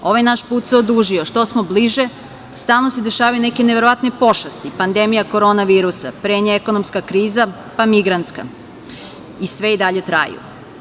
Ovaj naš put se odužio, što smo bliže, stalno se dešavaju neke neverovatne pošasti, pandemija korona virusa, pre nje ekonomska kriza, pa migrantska, i sve i dalje traju.